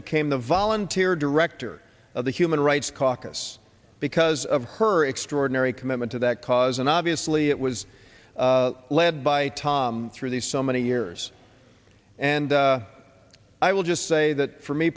became the volunteer director of the human rights caucus because of her extraordinary commitment to that cause and obviously it was led by tom through these so many years and i will just say that for me